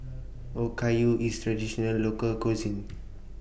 Okayu IS Traditional Local Cuisine